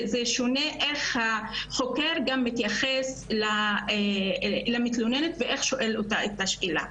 זה שונה איך החוקר מתייחס למתלוננת ואיך הוא שואל אותה את השאלה,